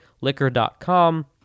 liquor.com